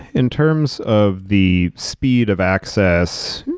in terms of the speed of access,